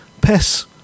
Piss